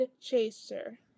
chaser